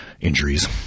injuries